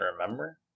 remember